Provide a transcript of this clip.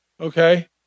Okay